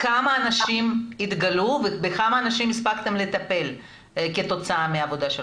כמה אנשים התגלו ובכמה אנשים הספקתם לטפל כתוצאה מהעבודה שלכם?